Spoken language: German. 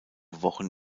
wochen